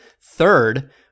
third